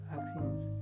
accidents